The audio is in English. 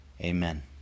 Amen